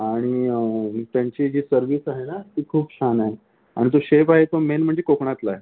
आणि त्यांची जी सर्विस आहे ना ती खूप छान आहे आणि तो शेफ आहे तो मेन म्हणजे कोकणातला आहे